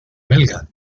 belga